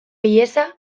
ihesa